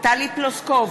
טלי פלוסקוב,